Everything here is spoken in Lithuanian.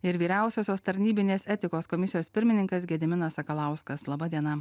ir vyriausiosios tarnybinės etikos komisijos pirmininkas gediminas sakalauskas laba diena